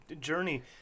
journey